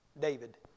david